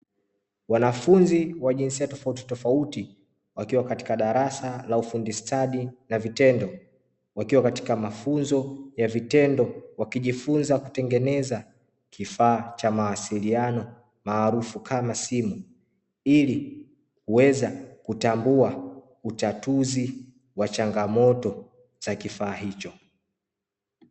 Wanafunzi wa jinsia tofautitofauti wakiwa katika darasa la ufundi stadi la vitendo wakiwa katika mafunzo ya vitendo, wakijifunza kutengeneza kifaa cha mawasiliano maarufu kama simu ili kuweza kutambua utatuzi wa changamoto za kifaa hicho.